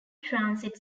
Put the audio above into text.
transit